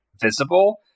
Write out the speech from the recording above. visible